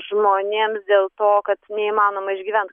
žmonėms dėl to kad neįmanoma išgyvent